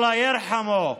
אללה ירחמו.